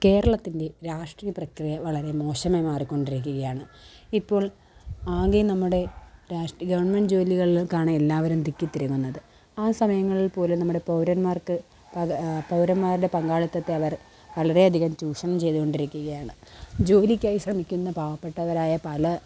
കേരളത്തിൻ്റെ രാഷ്ട്രീയ പ്രക്രിയ വളരെ മോശമായി മാറികൊണ്ടിരിക്കുകയാണ് ഇപ്പോൾ ആകെ നമ്മുടെ ഗവൺമെൻറ്റ് ജോലികൾക്കാണ് എല്ലാവരും തിക്കിതിരയുന്നത് ആ സമയങ്ങളിൽപ്പോലും നമ്മുടെ പൗരന്മാർക്ക് പൗരന്മാരുടെ പങ്കാളിത്തത്തെ അവർ വളരെയധികം ചൂഷണം ചെയ്തുകൊണ്ടിരിക്കുകയാണ് ജോലിക്കായി ശ്രമിക്കുന്ന പാവപ്പെട്ടവരായ പല